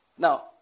Now